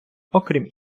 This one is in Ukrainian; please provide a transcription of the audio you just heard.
окрім